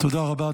תודה רבה.